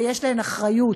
ויש להם אחריות.